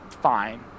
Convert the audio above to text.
fine